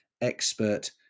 expert